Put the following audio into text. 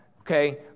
okay